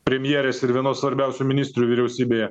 premjerės ir vienos svarbiausių ministrių vyriausybėje